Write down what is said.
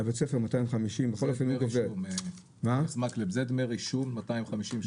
חבר הכנסת מקלב, זה דמי רישום, 250 שקל.